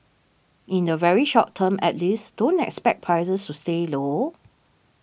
in the very short term at least don't expect prices to stay low